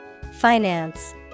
Finance